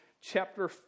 chapter